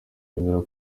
biyemerera